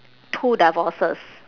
two divorces